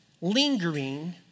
lingering